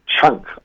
chunk